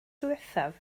ddiwethaf